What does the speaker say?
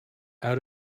out